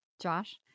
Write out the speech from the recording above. Josh